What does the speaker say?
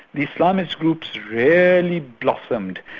the islamist groups really blossomed.